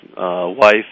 wife